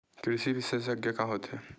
कृषि विशेषज्ञ का होथे?